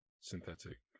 synthetic